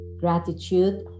Gratitude